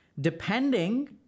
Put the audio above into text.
Depending